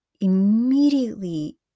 immediately